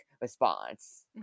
response